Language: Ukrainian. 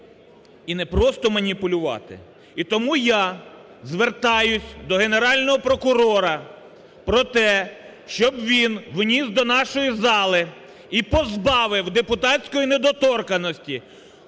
і не просто маніпулювати. І тому я звертаюся до Генерального прокурора про те, щоб він вніс до нашої зали і позбавив депутатської недоторканості